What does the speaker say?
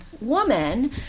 woman